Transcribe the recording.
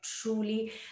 truly